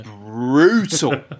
brutal